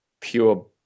pure